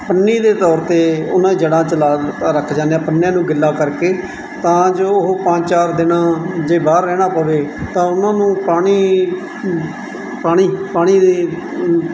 ਪੰਨੀ ਦੇ ਤੌਰ 'ਤੇ ਉਹਨਾਂ ਜੜ੍ਹਾਂ 'ਚ ਲਾ ਰੱਖ ਜਾਂਦੇ ਹਾਂ ਪੰਨੀਆਂ ਨੂੰ ਗਿੱਲਾ ਕਰਕੇ ਤਾਂ ਜੋ ਉਹ ਪੰਜ ਚਾਰ ਦਿਨ ਜੇ ਬਾਹਰ ਰਹਿਣਾ ਪਵੇ ਤਾਂ ਉਹਨਾਂ ਨੂੰ ਪਾਣੀ ਪਾਣੀ ਪਾਣੀ